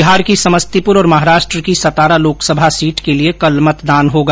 बिहार की समस्तीपुर और महाराष्ट्र की सतारा लोकसभा सीट के लिए कल मतदान होगा